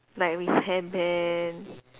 like with hairband